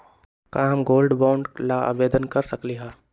का हम gold bond ला आवेदन कर सकली ह?